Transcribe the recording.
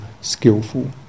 skillful